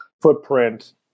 footprint